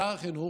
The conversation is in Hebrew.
לשר החינוך,